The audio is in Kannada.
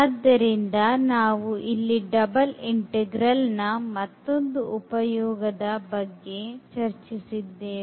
ಆದ್ದರಿಂದ ನಾವು ಇಲ್ಲಿ ಡಬಲ್ ಇಂತೆಗ್ರಲ್ ನ ಮತ್ತೊಂದು ಉಪಯೋಗವಾದ ಬಗ್ಗೆ ಚರ್ಚಿಸಿದ್ದೇವೆ